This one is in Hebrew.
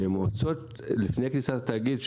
ולפני כניסת התאגיד,